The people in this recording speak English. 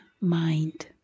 mind